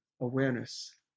awareness